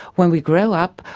when we grow up,